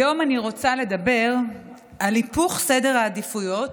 היום אני רוצה לדבר על היפוך סדר העדיפויות